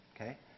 okay